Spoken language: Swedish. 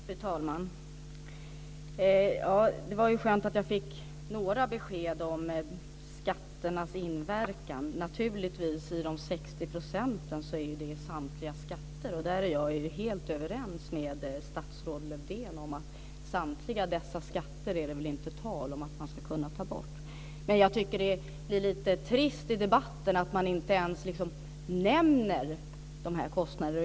Fru talman! Det var ju skönt att jag fick några besked om skatternas inverkan. I dessa 60 % ingår naturligtvis samtliga skatter. Och där är jag helt överens med statsrådet Lövdén om att det inte är tal om att man ska kunna ta bort samtliga dessa skatter. Men jag tycker att det blir lite trist i debatten att man inte ens nämner dessa kostnader.